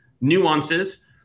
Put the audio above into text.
nuances